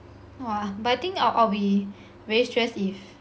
!wah! but I think I'll be very stressed if